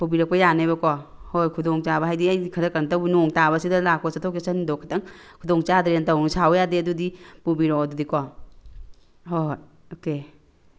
ꯄꯨꯕꯤꯔꯛꯄ ꯌꯥꯅꯦꯕꯀꯣ ꯍꯣꯏ ꯈꯨꯗꯣꯡ ꯆꯥꯕ ꯍꯥꯏꯗꯤ ꯑꯩꯗꯤ ꯈꯔ ꯀꯩꯅꯣꯇꯧꯕ ꯅꯣꯡ ꯇꯥꯕꯁꯤꯗ ꯂꯥꯛꯄ ꯆꯠꯊꯣꯛ ꯆꯠꯁꯤꯟꯗꯣ ꯈꯤꯇꯪ ꯈꯨꯗꯣꯡ ꯆꯥꯗ꯭ꯔꯦꯅ ꯇꯧꯕꯅꯦ ꯁꯥꯎꯕ ꯌꯥꯗꯦ ꯑꯗꯨꯗꯤ ꯄꯨꯕꯤꯔꯛꯑꯣ ꯑꯗꯨꯗꯤꯀꯣ ꯍꯣꯏ ꯍꯣꯏ ꯑꯣꯀꯦ